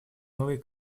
новой